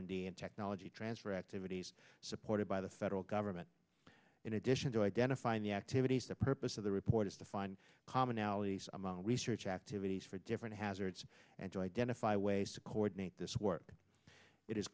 d and technology transfer activities supported by the federal government in addition to identifying the activities the purpose of the report is to find commonalities among research activities for different hazards and to identify ways to coordinate this work it is